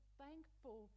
thankful